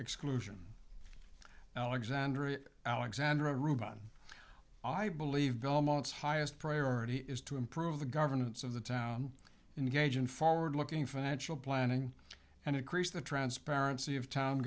exclusion alexandria alexandra reuben i believe belmont's highest priority is to improve the governance of the town engage in forward looking financial planning and increase the transparency of town